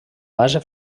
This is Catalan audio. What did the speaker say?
base